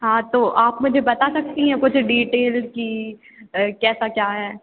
हा तो आप मुझे बता सकती हैं कुछ डीटेल कि कैसा क्या है